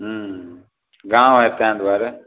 हूँ गाँव अइ तै दुआरे